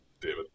David